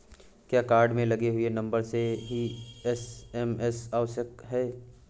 क्या कार्ड में लगे हुए नंबर से ही एस.एम.एस आवश्यक है?